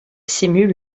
simule